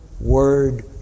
word